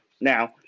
Now